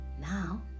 now